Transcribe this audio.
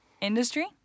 industry